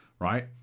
right